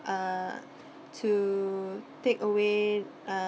uh to take away uh